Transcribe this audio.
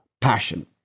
passion